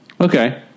Okay